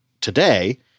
today –